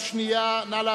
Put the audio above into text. הוראת